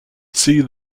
see